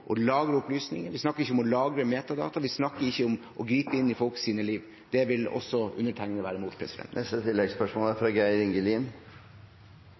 å lagre metadata, vi snakker ikke om å gripe inn i folks liv. Det ville også undertegnede være